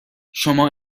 شما